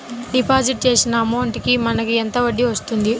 Deposit చేసిన amount కి మనకి ఎంత వడ్డీ వస్తుంది?